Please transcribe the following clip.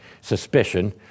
suspicion